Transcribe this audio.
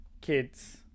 kids